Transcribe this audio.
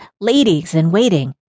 ladies-in-waiting